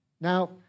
Now